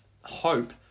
hope